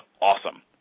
awesome